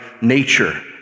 nature